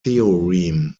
theorem